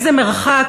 איזה מרחק,